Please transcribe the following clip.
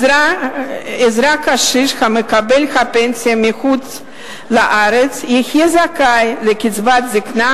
אזרח קשיש המקבל פנסיה מחוץ-לארץ יהיה זכאי לקצבת זיקנה